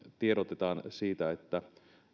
tiedotetaan siitä että